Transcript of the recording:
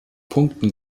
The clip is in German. punkten